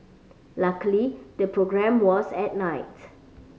luckily the programme was at night